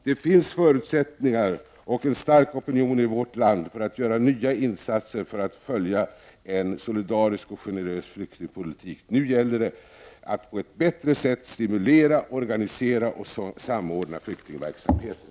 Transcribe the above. Det finns förutsättningar och en stark opinion i vårt land för att göra nya insatser för att följa en solidarisk och generös flyktingpolitik. Nu gäller det att på ett bättre sätt stimulera, organisera och samordna flyktingverksamheten.